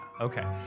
Okay